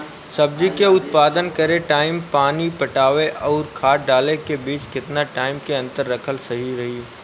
सब्जी के उत्पादन करे टाइम पानी पटावे आउर खाद डाले के बीच केतना टाइम के अंतर रखल सही रही?